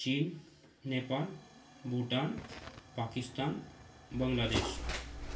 चीन नेपाल भूटान पाकिस्तान बांग्लादेश